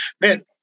man